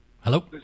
Hello